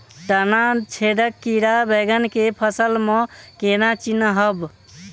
तना छेदक कीड़ा बैंगन केँ फसल म केना चिनहब?